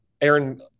Aaron